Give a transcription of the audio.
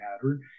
pattern